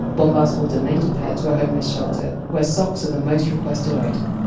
bombas will donate a pair to a homeless shelter, where socks are the most requested item.